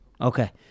Okay